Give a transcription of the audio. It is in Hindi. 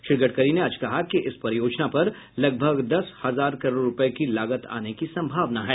श्री गड़करी ने आज कहा कि इस परियोजना पर लगभग दस हजार करोड़ रुपये की लागत आने की संभावना है